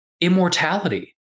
immortality